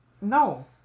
No